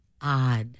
odd